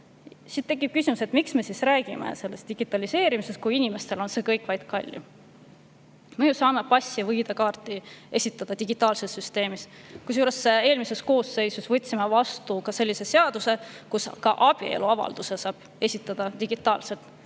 Siit tekib küsimus, et miks me siis räägime digitaliseerimisest, kui inimestele on see kõik vaid kallim. Me ju saame passi või ID-kaardi [taotluse] esitada digitaalses süsteemis. Kusjuures eelmises koosseisus võtsime vastu sellise seaduse, et ka abieluavalduse saab esitada digitaalselt.